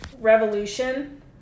Revolution